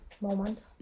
moment